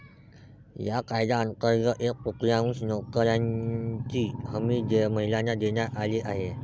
या कायद्यांतर्गत एक तृतीयांश नोकऱ्यांची हमी महिलांना देण्यात आली आहे